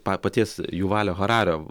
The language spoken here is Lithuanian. pa paties juvalio harario